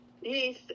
Yes